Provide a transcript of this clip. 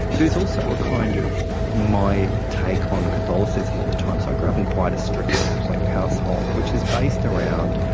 there's also a kind of, my take on catholicism at the time, so i grew up in quite a strict catholic household, which is based around,